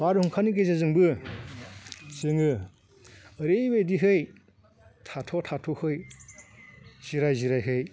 बारहुंखानि गेजेरजोंबो जोङो ओरैबायदिहाय थाथ' थाथ'हाय जिराय जिरायहाय